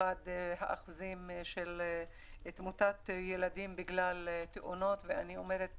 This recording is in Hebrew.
במיוחד לאור אחוזי תמותת ילדים עקב תאונות ואני אומרת